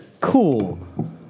cool